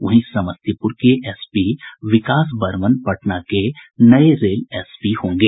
वहीं समस्तीपुर के एसपी विकास बर्मन पटना के नये रेल एसपी होंगे